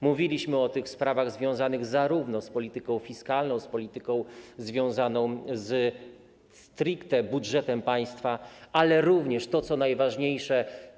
Mówiliśmy o sprawach związanych zarówno z polityką fiskalną, z polityką związaną z stricte budżetem państwa, ale również to, co najważniejsze.